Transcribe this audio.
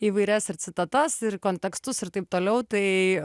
įvairias ir citatas ir kontekstus ir taip toliau tai